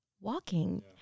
walking